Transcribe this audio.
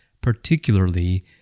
particularly